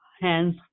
Hands